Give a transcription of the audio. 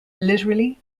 literally